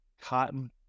cotton